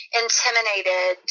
intimidated